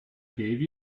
gave